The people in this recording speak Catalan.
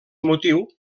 motiu